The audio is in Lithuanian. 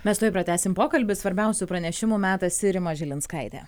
mes tuoj pratęsim pokalbį svarbiausių pranešimų metas ir rima žilinskaitė